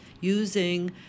using